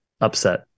upset